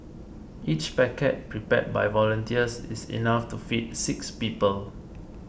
each packet prepared by volunteers is enough to feed six people